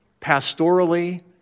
pastorally